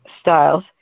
styles